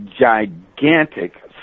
gigantic